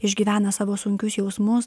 išgyvena savo sunkius jausmus